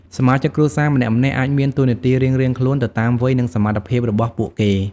សមាជិកគ្រួសារម្នាក់ៗអាចមានតួនាទីរៀងៗខ្លួនទៅតាមវ័យ និងសមត្ថភាពរបស់ពួកគេ ។